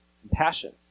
compassion